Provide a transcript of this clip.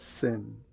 sin